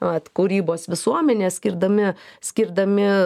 vat kūrybos visuomenė skirdami skirdami